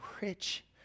rich